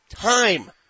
time